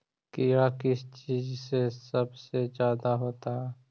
कीड़ा किस चीज से सबसे ज्यादा होता है?